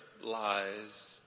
lies